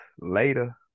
later